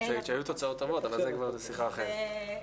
היו תוצאות טובות אבל זה כבר לשיחה אחרת.